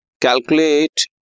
calculate